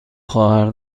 خواهر